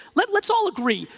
let's let's all agree,